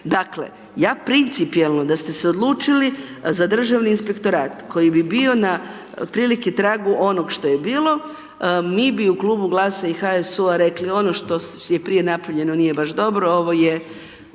Dakle, ja principijelno da ste se odlučili za Državni inspektorat koji bi bio na otprilike tragu onog što je bilo, mi bi u klubu GLAS-a i HSU-u rekli ono što je prije napravljeno nije baš dobro, ovo je,